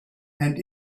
and